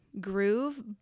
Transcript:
groove